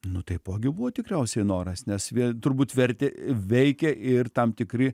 nu taipogi buvo tikriausiai noras nes vėl turbūt vertė veikė ir tam tikri